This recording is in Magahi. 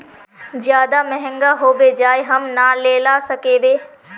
ज्यादा महंगा होबे जाए हम ना लेला सकेबे?